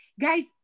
Guys